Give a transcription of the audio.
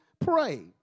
pray